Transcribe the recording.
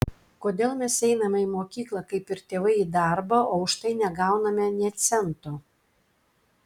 kodėl mes einame į mokyklą kaip ir tėvai į darbą o už tai negauname nė cento